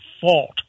fault